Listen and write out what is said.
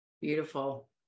Beautiful